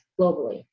globally